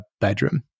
bedroom